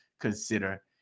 consider